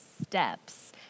Steps